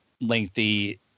lengthy